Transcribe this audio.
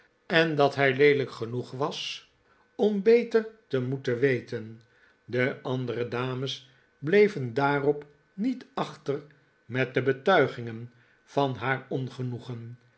en dat hij leelijk genoeg was om beter te moeten weten de andere dames bleven daarop niet achter met de betuigingen van haar ongenoegen